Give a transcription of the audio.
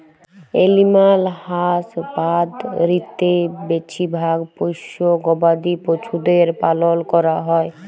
animal হাসবাঁদরিতে বেছিভাগ পোশ্য গবাদি পছুদের পালল ক্যরা হ্যয়